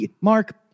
Mark